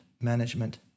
management